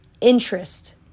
Interest